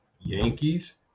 Yankees